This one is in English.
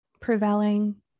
prevailing